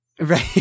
Right